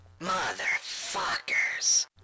Motherfuckers